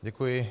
Děkuji.